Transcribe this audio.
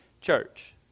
church